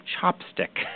chopstick